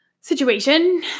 situation